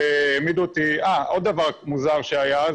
עוד דבר מוזר שקרה,